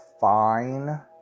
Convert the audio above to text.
fine